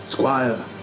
Squire